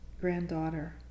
granddaughter